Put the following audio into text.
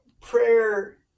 prayer